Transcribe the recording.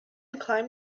climbed